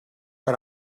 but